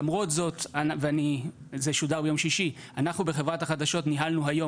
למרות זאת זה שודר ביום שישי אנחנו בחברת החדשות ניהלנו היום,